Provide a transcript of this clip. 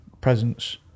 presence